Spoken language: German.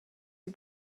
die